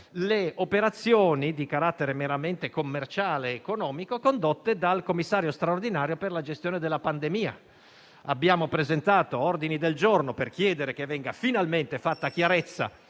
le operazioni di carattere meramente commerciale ed economico condotte dal Commissario straordinario per la gestione della pandemia e abbiamo presentato degli ordini del giorno per chiedere che venga finalmente fatta chiarezza